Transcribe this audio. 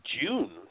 June